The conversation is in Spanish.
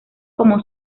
como